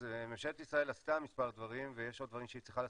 אז ממשלת ישראל עשתה מספר דברים ויש עוד דברים שהיא צריכה לעשות.